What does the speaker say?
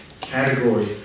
category